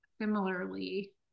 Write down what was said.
similarly